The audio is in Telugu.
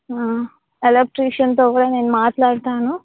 ఎలక్ట్రీషియన్తో కూడా నేను మాట్లాడతాను